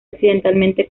accidentalmente